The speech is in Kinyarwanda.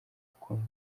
akunda